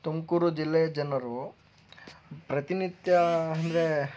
ತುಮಕೂರು ಜಿಲ್ಲೆಯ ಜನರು ಪ್ರತಿನಿತ್ಯ ಅಂದರೆ